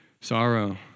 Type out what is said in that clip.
sorrow